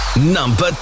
Number